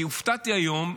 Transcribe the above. כי הופתעתי היום.